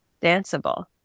danceable